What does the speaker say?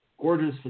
gorgeous